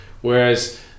whereas